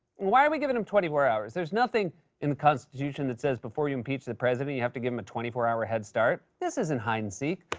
why are we giving him twenty four hours? there's nothing in the constitution that says, before you impeach the president, you have to give him a twenty four hour head start. this isn't hide-and-seek,